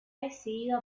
decidido